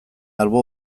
albo